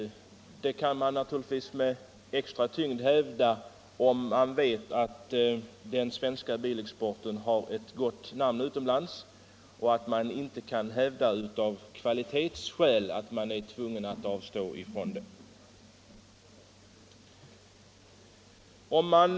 Detta kan naturligtvis med extra tyngd hävdas eftersom den svenska bilexporten ju har ett gott namn utomlands. Man kan alltså inte av kvalitetsskäl känna sig tvungen att avstå från svenska bilar.